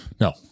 No